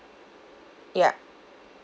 ya